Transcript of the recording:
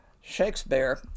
Shakespeare